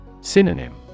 Synonym